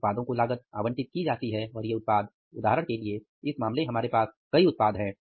उत्पादों को लागत आवंटित की जाती है और ये उत्पाद उदाहरण के लिए इस मामले में हमारे पास कई उत्पाद हैं